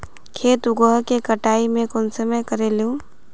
खेत उगोहो के कटाई में कुंसम करे लेमु?